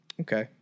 okay